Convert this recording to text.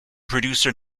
producer